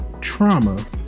trauma